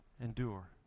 endure